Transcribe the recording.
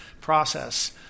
process